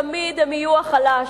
תמיד הם יהיו החלש,